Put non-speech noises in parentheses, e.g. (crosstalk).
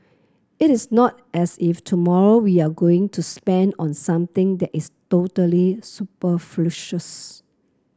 it is not as if tomorrow we are going to spend on something that is totally (unintelligible)